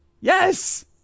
Yes